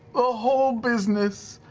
ah whole business.